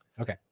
okay